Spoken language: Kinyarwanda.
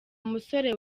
musore